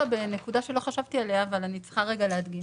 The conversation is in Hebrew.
בנקודה שלא חשבתי עליה אבל אני צריכה להדגים.